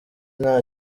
nta